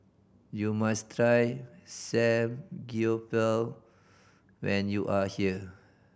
you must try Samgyeopsal when you are here